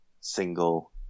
single